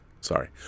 sorry